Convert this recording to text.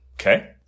Okay